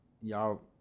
y'all